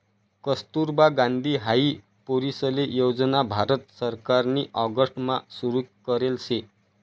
कस्तुरबा गांधी हाई पोरीसले योजना भारत सरकारनी ऑगस्ट मा सुरु करेल शे